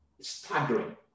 staggering